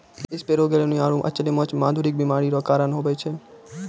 सेपरोगेलनिया आरु अचल्य माछ मे मधुरिका बीमारी रो कारण हुवै छै